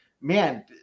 man